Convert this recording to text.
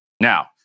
Now